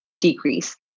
decrease